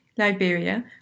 Liberia